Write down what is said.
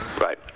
Right